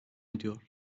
ediyor